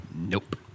Nope